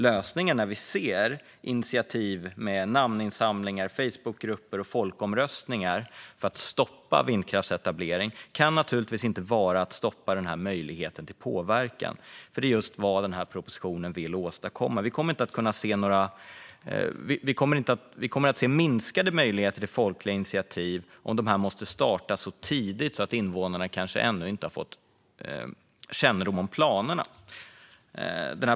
Lösningen när vi ser initiativ med namninsamlingar, Facebookgrupper och folkomröstningar för att stoppa vindkraftsetablering kan naturligtvis inte vara att stoppa den möjligheten till påverkan. Men det är just vad propositionen vill åstadkomma. Vi kommer att se minskade möjligheter till folkliga initiativ, om dessa måste startas så tidigt att invånarna kanske ännu inte fått kännedom om planerna.